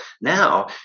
now